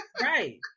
Right